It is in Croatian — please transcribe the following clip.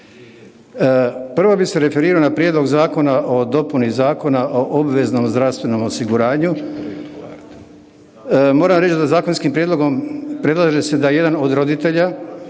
Prvo bi se referirao na prijedlog Zakona o dopuni Zakona o obveznom zdravstvenom osiguranju. Moram reći da zakonskim prijedlogom predlaže se da jedan od roditelja